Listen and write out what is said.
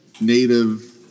native